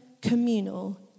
communal